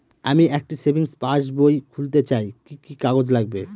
আমি একটি সেভিংস পাসবই খুলতে চাই কি কি কাগজ লাগবে?